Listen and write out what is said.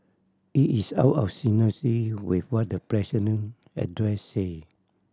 it is out of with what the president address said